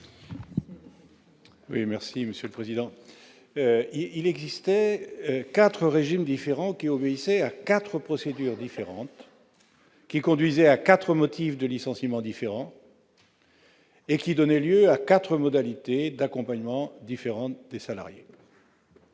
à M. Jean-Louis Tourenne. Il existait quatre régimes différents, qui obéissaient à quatre procédures différentes, qui conduisaient à quatre motifs de licenciement différents et qui donnaient lieu à quatre modalités d'accompagnement différentes des salariés.